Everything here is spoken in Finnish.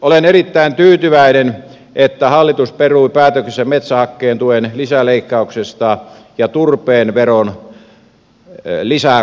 olen erittäin tyytyväinen että hallitus perui päätöksensä metsähakkeen tuen lisäleikkauksesta ja turpeen veron lisäkorotuksista